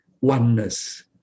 oneness